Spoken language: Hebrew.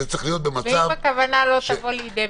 ואם הכוונה לא תבוא לידי ביטוי?